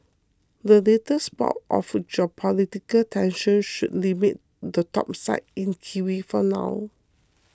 the latest bout of geopolitical tensions should limit the topside in kiwi for now